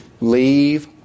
leave